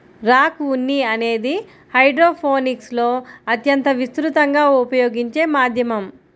rock ఉన్ని అనేది హైడ్రోపోనిక్స్లో అత్యంత విస్తృతంగా ఉపయోగించే మాధ్యమం